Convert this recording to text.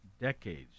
decades